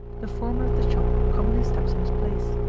the foreman of the shop commonly steps in his place.